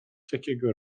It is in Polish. takiego